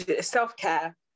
self-care